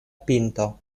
pinto